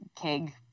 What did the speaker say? keg